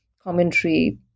commentary